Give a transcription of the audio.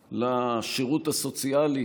מסרו לשירות הסוציאלי